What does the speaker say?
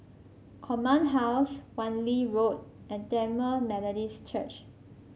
Command House Wan Lee Road and Tamil Methodist Church